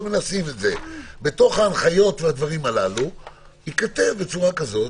בתוך ההנחיות ייכתב בצורה כזאת